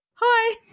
hi